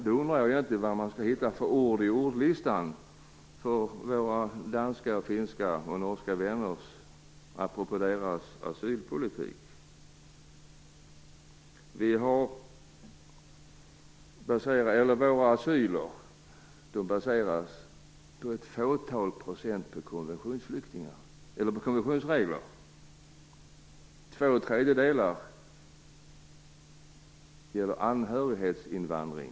Då undrar jag vad man skall hitta för ord i ordlistan för våra danska, finska och norska vänner, apropå deras asylpolitik. Asyl till ett fåtal baseras på konventionsregler. Två tredjedelar gäller anhörighetsinvandring.